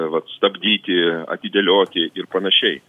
vat stabdyti atidėlioti ir panašiai